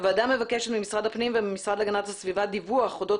הוועדה מבקשת ממשרד הפנים ומהמשרד להגנת הסביבה דיווח אודות